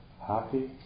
Happy